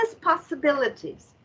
possibilities